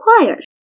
required